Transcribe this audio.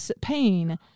pain